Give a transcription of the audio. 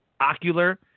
Ocular